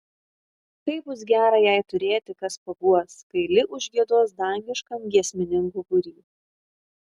kaip bus gera jai turėti kas paguos kai li užgiedos dangiškam giesmininkų būry